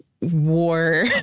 war